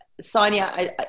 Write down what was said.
Sonia